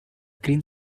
green